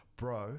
Bro